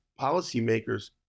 policymakers